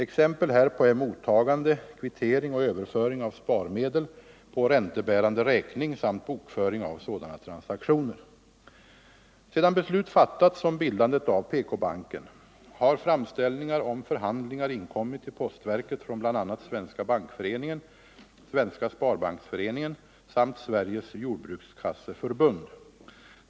Exempel härpå är mottagande, kvittering och överföring av sparmedel på räntebärande räkning samt bokföring av sådana transaktioner. Sedan beslut fattats om bildandet av PK-banken, har framställningar om förhandlingar inkommit till postverket från bl.a. Svenska bankföreningen, Svenska sparbanksföreningen samt Sveriges jordbrukskasseförbund.